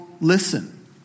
listen